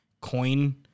coin